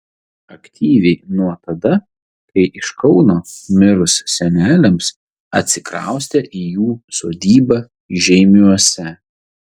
aktyviai nuo tada kai iš kauno mirus seneliams atsikraustė į jų sodybą žeimiuose